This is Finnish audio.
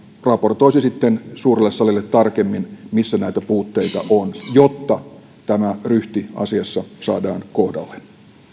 raportoisi sitten suurelle salille tarkemmin missä näitä puutteita on jotta tämä ryhti asiassa saadaan kohdalleen